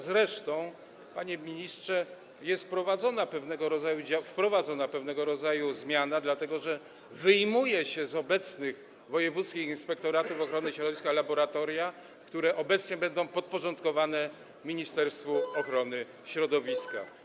Zresztą, panie ministrze, jest wprowadzona pewnego rodzaju zmiana, dlatego że wyjmuje się z obecnych wojewódzkich inspektoratów ochrony środowiska laboratoria, które obecnie będą podporządkowane ministerstwu ochrony środowiska.